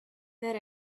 that